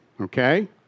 Okay